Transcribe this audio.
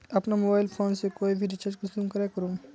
अपना mobile phone से कोई भी रिचार्ज कुंसम करे करूम?